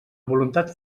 voluntat